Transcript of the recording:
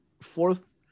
fourth